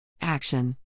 Action